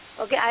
Okay